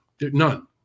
none